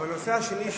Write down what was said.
אבל הנושא השני,